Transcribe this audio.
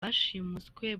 bashimuswe